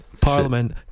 Parliament